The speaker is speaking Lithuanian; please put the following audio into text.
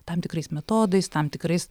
tam tikrais metodais tam tikrais